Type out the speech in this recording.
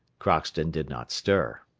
crockston did not stir.